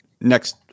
next